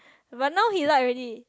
but now he like already